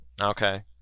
Okay